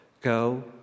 Go